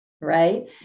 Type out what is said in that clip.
Right